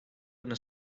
öne